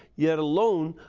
yet, alone,